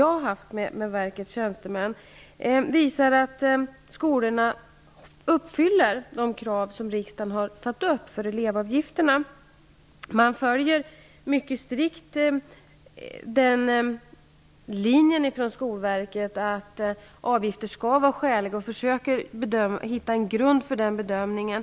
Jag hoppas att den skall visa att skolorna uppfyller de krav som riksdagen har satt upp för elevavgifterna. Skolverket följer strikt linjen att avgifter skall vara skäliga, och verket försöker hitta en grund för den bedömningen.